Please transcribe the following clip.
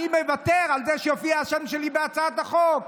אז אני מוותר על זה שהשם שלי יופיע בהצעת החוק.